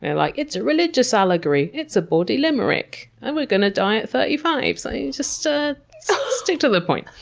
and like, it's a religious allegory, it's a bawdy limerick, and we're going to die at thirty five so just ah so stick to the point.